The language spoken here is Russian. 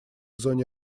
зоне